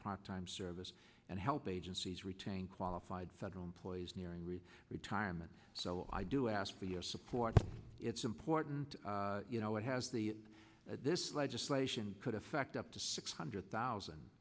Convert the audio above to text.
part time service and help agencies retain qualified federal employees nearing read retirement so i do ask for your support it's important you know it has the this legislation could affect up to six hundred thousand